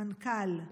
המנכ"ל,